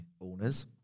owners